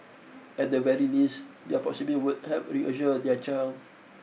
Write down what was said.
at the very least their proximity would help reassure their child